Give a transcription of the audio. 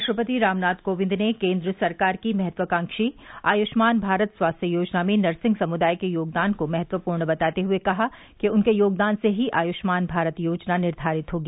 राष्ट्रपति रामनाथ कोविंद ने केन्द्र सरकार की महत्वाकांक्षी आयुष्मान भारत स्वास्थ्य योजना में नर्सिंग समुदाय के योगदान को महत्वपूर्ण बताते हुए कहा कि उनके योगदान से ही आयुष्मान भारत योजना निर्धारित होगी